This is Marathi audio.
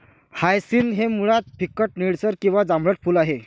हायसिंथ हे मुळात फिकट निळसर किंवा जांभळट फूल आहे